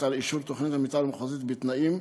על אישור תוכנית המתאר המחוזית בתנאים,